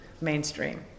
mainstream